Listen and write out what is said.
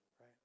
Right